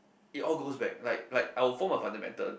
I all goes back like like our form of fundamental